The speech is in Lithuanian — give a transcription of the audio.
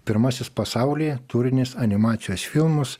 pirmasis pasaulyje tūrinės animacijos filmus